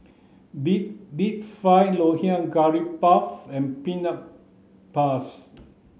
deep deep fried ngoh hiang curry puff and peanut